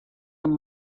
amb